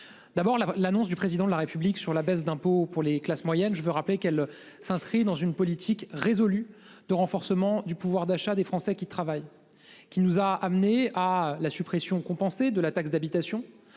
D'abord la l'annonce du président de la République sur la baisse d'impôts pour les classes moyennes. Je veux rappeler qu'elle s'inscrit dans une politique résolue de renforcement du pouvoir d'achat des Français qui travaillent, qui nous a amenés à la suppression compenser de la taxe d'habitation.